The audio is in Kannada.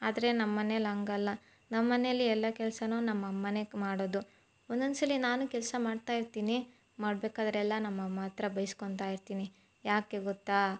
ಆದರೆ ನಮ್ಮ ಮನೆಯಲ್ಲಿ ಹಂಗಲ್ಲ ನಮ್ಮ ಮನೆಯಲ್ಲಿ ಎಲ್ಲ ಕೆಲ್ಸನೂ ನಮ್ಮ ಅಮ್ಮನೇ ಮಾಡೋದು ಒಂಒಂದು ಸಲ ನಾನು ಕೆಲಸ ಮಾಡ್ತಾಯಿರ್ತೀನಿ ಮಾಡಬೇಕಾದ್ರೆಲ್ಲಾ ನಮ್ಮ ಅಮ್ಮ ಹತ್ರ ಬೈಸ್ಕೊತಾ ಇರ್ತೀನಿ ಯಾಕೆ ಗೊತ್ತಾ